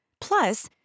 Plus